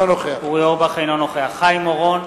אינו נוכח חיים אורון,